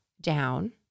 down